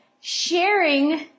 sharing